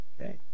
okay